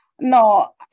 No